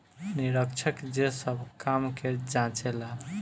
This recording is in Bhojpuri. निरीक्षक जे सब काम के जांचे ला